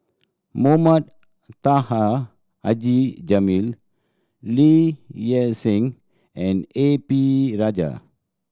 Mohamed Taha Haji Jamil Lee Hee Seng and A P Rajah